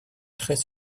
très